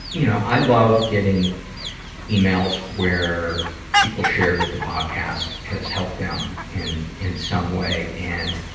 you know, i love getting emails where people share that the podcast has helped them in, in some way. and,